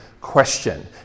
question